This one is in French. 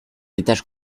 étages